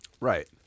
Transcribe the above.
right